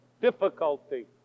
difficulty